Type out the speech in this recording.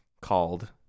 called